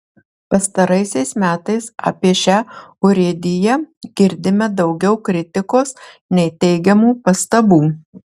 pastaraisiais metais apie šią urėdiją girdime daugiau kritikos nei teigiamų pastabų